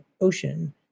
ocean